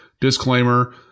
Disclaimer